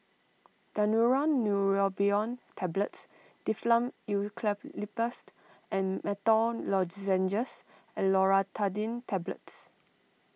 Daneuron Neurobion Tablets Difflam Eucalyptus and Menthol Lozenges and Loratadine Tablets